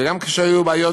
גם כשהיו בעיות,